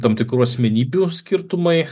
tam tikrų asmenybių skirtumai